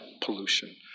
pollution